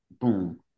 boom